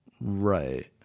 right